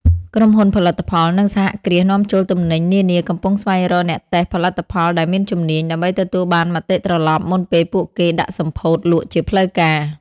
ក្រុមហ៊ុនផលិតផល និងសហគ្រាសនាំចូលទំនិញនានាកំពុងស្វែងរកអ្នកតេស្តផលិតផលដែលមានជំនាញ ដើម្បីទទួលបានមតិត្រឡប់ មុនពេលពួកគេដាក់សម្ពោធលក់ជាផ្លូវការ។